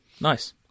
Nice